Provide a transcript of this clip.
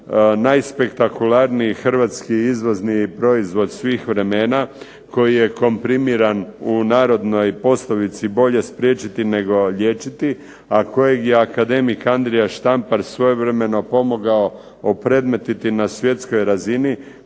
najspektakularniji hrvatski izvozni proizvod svih vremena koji je komprimiran u narodnoj poslovici "bolje spriječiti nego liječiti" a kojeg je akademik Andrija Štampar svojevremeno pomogao opredmetiti na svjetskoj razini